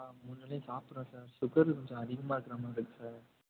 ஆ மூணு வேலையும் சாப்பிட்றன் சார் சுகர் கொஞ்சம் அதிகமாக இருக்கிற மாதிரி இருக்கு சார்